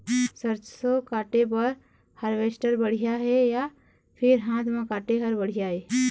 सरसों काटे बर हारवेस्टर बढ़िया हे या फिर हाथ म काटे हर बढ़िया ये?